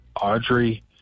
Audrey